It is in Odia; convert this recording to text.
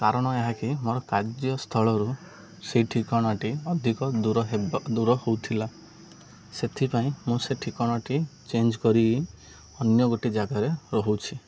କାରଣ ଏହାକି ମୋର କାର୍ଯ୍ୟସ୍ଥଳରୁ ସେଇ ଠିକଣାଟି ଅଧିକ ଦୂର ଦୂର ହଉଥିଲା ସେଥିପାଇଁ ମୁଁ ସେ ଠିକଣାଟି ଚେଞ୍ଜ କରି ଅନ୍ୟ ଗୋଟିଏ ଜାଗାରେ ରହୁଛି